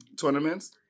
tournaments